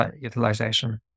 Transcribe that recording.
utilization